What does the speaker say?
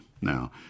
now